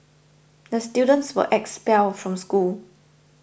the students were expelled from school